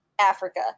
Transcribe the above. Africa